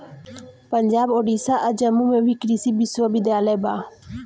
पंजाब, ओडिसा आ जम्मू में भी कृषि विश्वविद्यालय बा